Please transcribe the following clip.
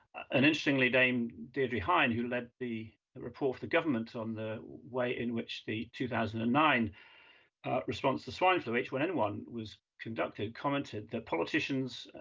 and interestingly, dame deirdre hine, who led the the report to the government on the way in which the two thousand and nine response to swine flu, h one n one was conducted, commented that politicians,